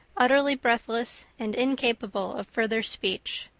utterly breathless and incapable of further speech.